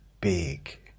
Big